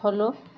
follow